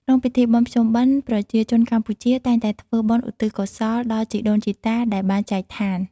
ក្នុងពិធីបុណ្យភ្ជុំបិណ្ឌ ប្រជាជនកម្ពុជា តែងតែធ្វើបុណ្យឧទ្ទិសកុសលដល់ជីដូនជីតាដែលបានចែកឋាន។